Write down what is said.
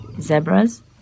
zebras